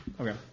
Okay